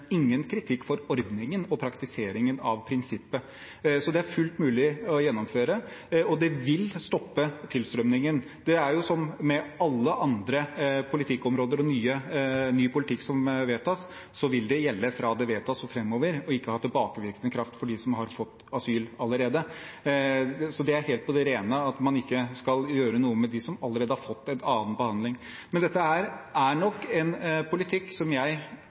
ingen kritikk for ordningen og praktiseringen av prinsippet. Det er fullt mulig å gjennomføre, og det vil stoppe tilstrømningen. Det er jo sånn med alle andre politikkområder og ny politikk som vedtas, at det vil gjelde fra det vedtas og framover, og ikke ha tilbakevirkende kraft for dem som har fått asyl allerede, så det er helt på det rene at man ikke skal gjøre noe med dem som allerede har fått en annen behandling. Dette er en politikk jeg